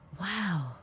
Wow